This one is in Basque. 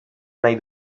nahi